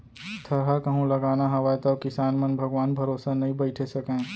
थरहा कहूं लगाना हावय तौ किसान मन भगवान भरोसा नइ बइठे सकयँ